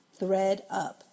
ThreadUp